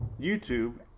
youtube